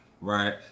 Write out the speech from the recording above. right